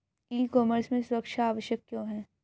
ई commerce में सुरक्षा आवश्यक क्यों है?